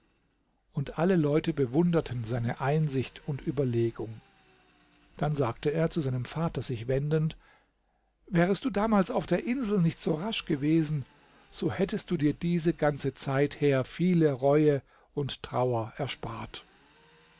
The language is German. und alle leute bewunderten seine einsicht und überlegung dann sagte er zu seinem vater sich wendend wärest du damals auf der insel nicht so rasch gewesen so hättest du dir diese ganze zeit her viele reue und trauer erspart